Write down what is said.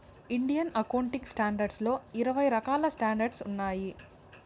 Indian accounting standards లో ఇరవై రకాల స్టాండర్డ్స్ ఉన్నాయి